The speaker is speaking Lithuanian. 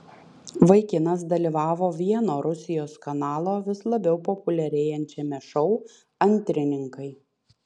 vaikinas dalyvavo vieno rusijos kanalo vis labiau populiarėjančiame šou antrininkai